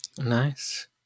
Nice